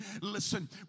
listen